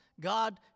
God